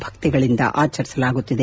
ಭಕ್ತಿಗಳಿಂದ ಆಚರಿಸಲಾಗುತ್ತಿದೆ